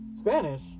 Spanish